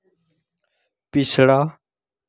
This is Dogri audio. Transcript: पिछड़ा